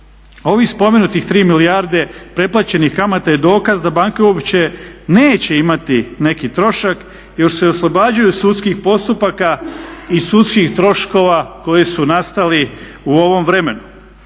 ovih spomenutih 3 milijarde pretplaćenih kamata je dokaz da banke uopće neće imati neki trošak jer se oslobađaju sudskih postupaka i sudskih troškova koji su nastali u ovom vremenu.